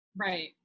right